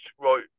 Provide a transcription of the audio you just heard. right